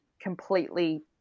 completely